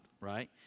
Right